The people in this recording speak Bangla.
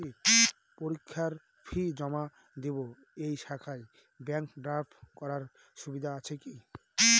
পরীক্ষার ফি জমা দিব এই শাখায় ব্যাংক ড্রাফট করার সুবিধা আছে কি?